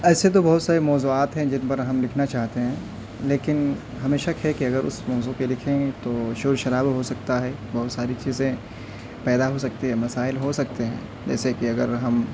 ایسے تو بہت سارے موضوعات ہیں جن پر ہم لکھنا چاہتے ہیں لیکن ہمیں شک ہے کہ اگر اس موضوع پہ لکھیں گے تو شور شرابہ ہو سکتا ہے بہت ساری چیزیں پیدا ہو سکتی ہیں مسائل ہو سکتے ہیں جیسے کہ اگر ہم